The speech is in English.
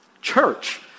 Church